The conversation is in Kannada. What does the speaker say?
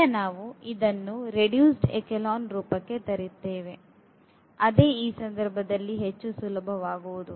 ಈಗ ನಾವು ಇದನ್ನು ರೆಡ್ಯೂಸ್ಡ್ ಎಚೆಲಾನ್ ರೂಪಕ್ಕೆ ತರುತ್ತೇವೆ ಅದೇ ಈ ಸಂದರ್ಭದಲ್ಲಿ ಹೆಚ್ಚು ಸುಲಭವಾಗುತ್ತದೆ